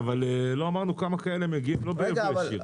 לא אמרנו כמה כאלה מגיעים לא ביבוא ישיר.